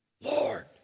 Lord